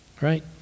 Right